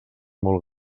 molt